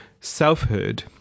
selfhood